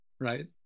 right